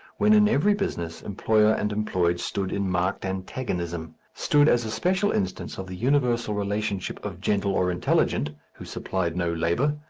when in every business, employer and employed stood in marked antagonism, stood as a special instance of the universal relationship of gentle or intelligent, who supplied no labour,